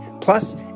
plus